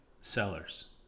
sellers